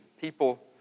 people